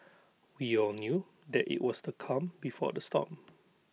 we all knew that IT was the calm before the storm